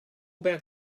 back